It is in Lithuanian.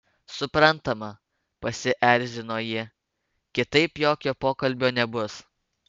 suprantama pasierzino ji kitaip jokio pokalbio nebus